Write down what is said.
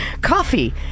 coffee